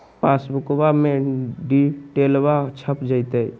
पासबुका में डिटेल्बा छप जयते?